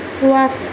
وقت